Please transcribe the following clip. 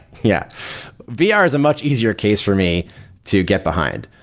yeah vr ah is a much easier case for me to get behind,